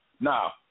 Now